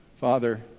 Father